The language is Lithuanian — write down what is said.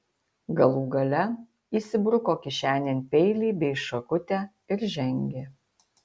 galų gale įsibruko kišenėn peilį bei šakutę ir žengė